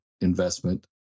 investment